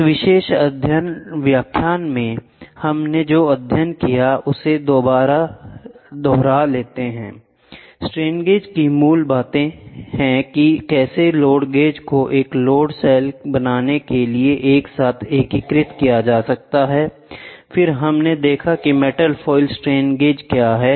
इस विशेष व्याख्यान में हमने जो अध्ययन किया है उसे दोबारा दोहरा लेते हैंI स्ट्रेन गेज की मूल बातें हैं कि कैसे लोड गेज को एक लोड सेल बनाने के लिए एक साथ एकीकृत किया जा सकता है फिर हमने देखा कि मेटल फ़ॉइल स्ट्रेन गेज क्या है